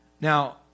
Now